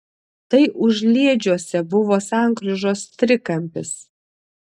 tai užliedžiuose buvo sankryžos trikampis